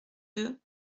deux